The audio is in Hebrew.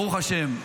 ברוך השם,